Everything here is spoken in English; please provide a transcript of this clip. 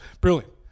Brilliant